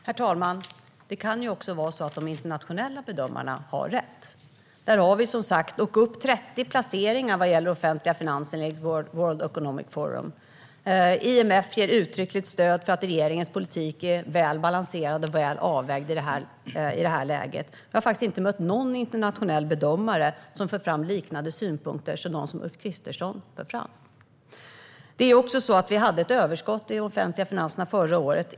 Herr talman! Det kan ju också vara så att de internationella bedömarna har rätt. Där har vi som sagt åkt upp 30 placeringar vad gäller offentliga finanser, enligt World Economic Forum. IMF ger uttryckligt stöd för att regeringens politik är väl balanserad och väl avvägd i det här läget. Jag har faktiskt inte mött någon internationell bedömare som för fram synpunkter liknande dem Ulf Kristersson för fram. Vi hade också ett överskott i de offentliga finanserna förra året.